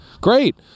Great